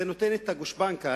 זה נותן את הגושפנקה,